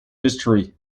history